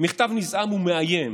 מכתב נזעם ומאיים